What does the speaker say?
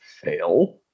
fail